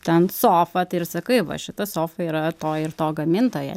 ten sofa ir sakai va šita sofa yra to ir to gamintojo